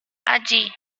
allí